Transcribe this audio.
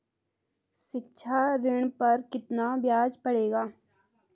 शिक्षा ऋण पर कितना ब्याज पड़ेगा?